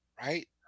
right